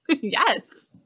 Yes